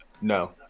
No